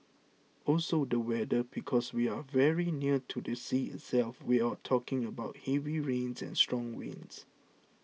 also the weather because we are very near to the sea itself you're talking about heavy rains and strong winds